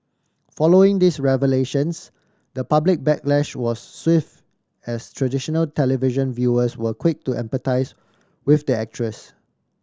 following these revelations the public backlash was swift as traditional television viewers were quick to empathise with the actress